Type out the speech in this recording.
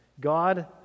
God